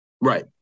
right